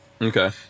Okay